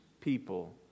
people